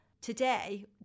Today